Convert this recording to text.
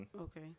Okay